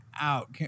out